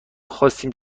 خواستیم